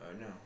No